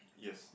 yes